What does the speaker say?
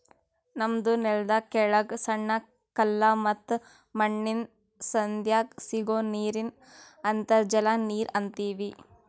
ನಮ್ಮ್ ನೆಲ್ದ ಕೆಳಗ್ ಸಣ್ಣ ಕಲ್ಲ ಮತ್ತ್ ಮಣ್ಣಿನ್ ಸಂಧ್ಯಾಗ್ ಸಿಗೋ ನೀರಿಗ್ ಅಂತರ್ಜಲ ನೀರ್ ಅಂತೀವಿ